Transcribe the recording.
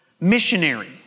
missionary